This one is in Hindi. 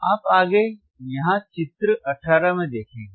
आप आगे यहाँ चित्र 18 में देखेंगे